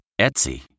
Etsy